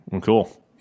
Cool